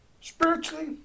spiritually